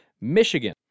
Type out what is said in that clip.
Michigan